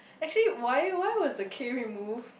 actually why why was the K removed